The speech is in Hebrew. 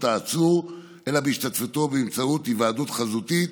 העצור אלא בהשתתפותו באמצעות היוועדות חזותית.